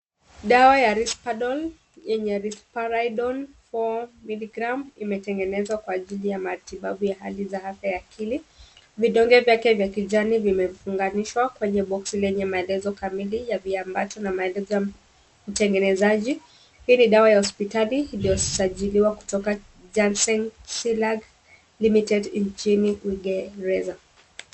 Dawa ya Rispadol yenye risparidon four miligram imetengenezwa kwa ajili ya matibabu ya hali za hata ya akili. Vidonge vyake vya kijani vimepungamishwa kwenye boksi lenye maelezo kamili ya viambato na maelezo ya matengenezaji. Hii ni dawa ya hospitali iliyosajiliwa kutoka Jansen Silag Limited nchini Uingereza